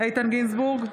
איתן גינזבורג,